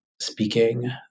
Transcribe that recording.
speaking